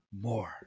more